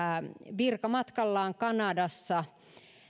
virkamatkallaan kanadassa